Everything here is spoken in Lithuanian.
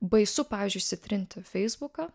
baisu pavyzdžiui išsitrinti feisbuką